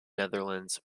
netherlands